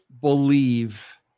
believe